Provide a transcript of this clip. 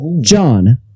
John